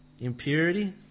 impurity